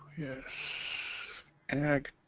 yes an egg